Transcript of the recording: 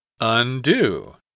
undo